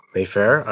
Mayfair